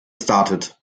started